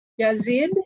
Yazid